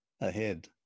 ahead